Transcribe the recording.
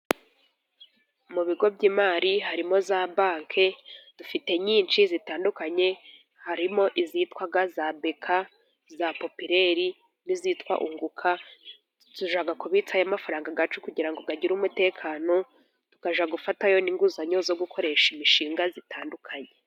Mu bigo by'imari harimo za banke dufite nyinshi zitandukanye, harimo izitwa za Beka, za Popireri n'izitwa Ungukashaka, tujya kubitsayo amafaranga yacu kugira ngo agire umutekano, tukajya gufatayo n'inguzanyo zo gukoresha imishinga itandukanye.